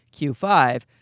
Q5